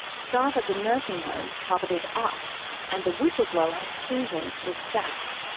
staff at the nursing home covered it up and the whistle-blower susan was sacked.